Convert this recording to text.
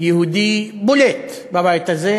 יהודי בולט בבית הזה,